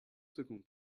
cinquante